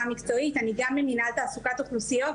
מקצועית אני גם ממנהל תעסוקת אוכלוסיות.